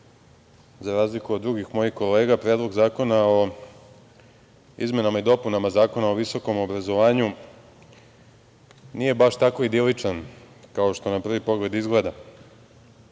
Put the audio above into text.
za razliku od drugih mojih kolega, Predlog zakona o izmenama i dopunama Zakona o visokom obrazovanju nije baš tako idiličan, kao što na prvi pogled izgleda,